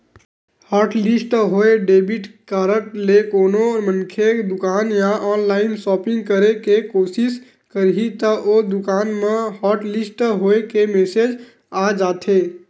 hotlist होए debit card ले कोनो मनखे दुकान या ऑनलाईन सॉपिंग करे के कोसिस करही त ओ दुकान म हॉटलिस्ट होए के मेसेज आ जाथे